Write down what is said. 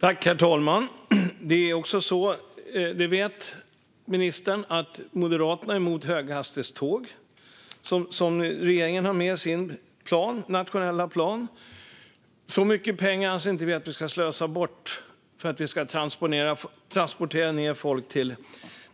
Herr talman! Det är också så - och det vet ministern - att Moderaterna är emot de höghastighetståg som regeringen har med i sin nationella plan. Så mycket pengar anser vi inte att man ska slösa bort för att transportera ned folk